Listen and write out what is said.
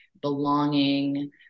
belonging